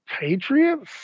Patriots